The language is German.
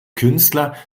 künstler